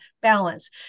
balance